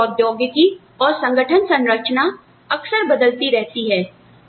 company की प्रौद्योगिकी और संगठन संरचना अक्सर बदलती रहती है